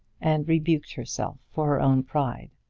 and rebuked herself for her own pride.